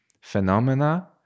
phenomena